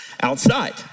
outside